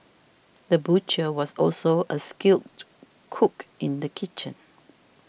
the butcher was also a skilled cook in the kitchen